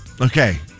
Okay